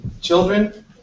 Children